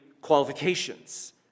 qualifications